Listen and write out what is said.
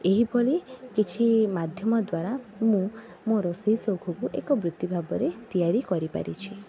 ଏହିପରି କିଛି ମାଧ୍ୟମ ଦ୍ଵାରା ମୁଁ ମୋ ରୋଷେଇ ସଉକକୁ ଏକ ବୃତ୍ତି ଭାବରେ ତିଆରି କରିପାରିଛି